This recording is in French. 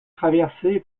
traversé